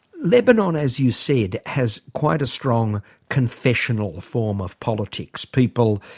lebanon, as you said, has quite a strong confessional form of politics. people,